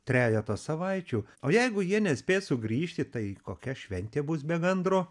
trejetą savaičių o jeigu jie nespės sugrįžti tai kokia šventė bus be gandro